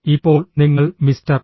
ഇപ്പോൾ നിങ്ങൾ Mister A